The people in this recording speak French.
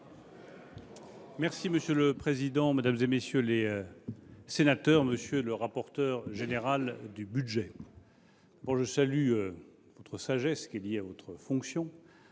Monsieur le président, mesdames, messieurs les sénateurs, monsieur le rapporteur général du budget, je salue votre sagesse, liée à votre fonction,